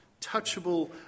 touchable